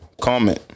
comment